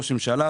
ראש ממשלה,